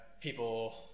people